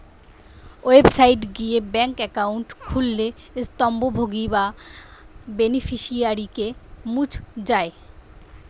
website গিয়ে bank account খুললে স্বত্বভোগী বা বেনিফিশিয়ারিকে মুছ যায়